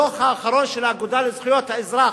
בדוח האחרון של האגודה לזכויות האזרח,